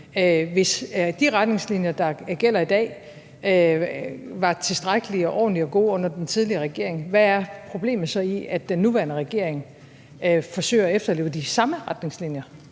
Hvis de retningslinjer, der gælder i dag, var tilstrækkelige og ordentlige og gode under den tidligere regering, hvad er problemet så i, at den nuværende regering forsøger at efterleve de samme retningslinjer?